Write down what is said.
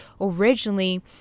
originally